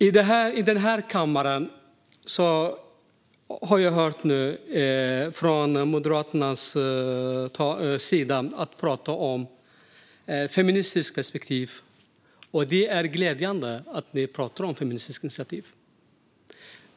I denna kammare har jag nu hört Moderaterna tala om ett feministiskt perspektiv. Det är glädjande att ni talar om det.